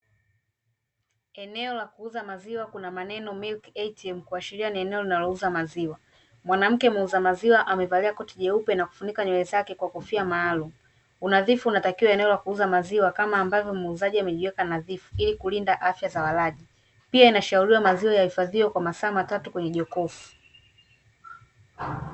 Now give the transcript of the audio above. Eneo la kuuza maziwa kuna maneno "Milk ATM" kuashiria eneo linalouza maziwa. Mwanamke muuza maziwa amevalia koti jeupe na kufunika nywele zake kwa kofia maalumu. Unadhifu unatakiwa eneo la kuuza maziwa kama ambavyo muuzaji amejiweka nadhifu ili kulinda afya za walaji. Pia, inashauriwa maziwa yahifadhiwe kwa masaa matatu kwenye jokofu.